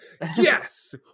yes